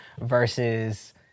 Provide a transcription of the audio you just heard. versus